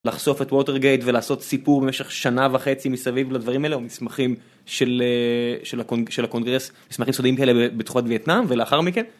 לחשוף את ווטרגייט ולעשות סיפור במשך שנה וחצי מסביב לדברים האלה או מסמכים של הקונגרס מסמכים סודיים כאלה בתקופת וייטנאם ולאחר מכן